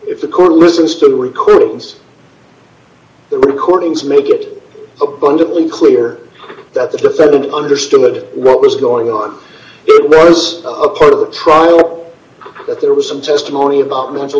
court listen still recordings the recordings make it abundantly clear that the defendant understood what was going on it was a part of the trial that there was some testimony about mental